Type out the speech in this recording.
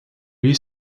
lui